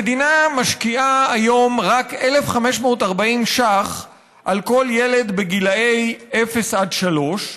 המדינה משקיעה היום רק 1,540 ש"ח בכל ילד בגילאי אפס עד שלוש,